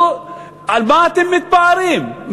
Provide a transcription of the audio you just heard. על מה אתם מתפארים?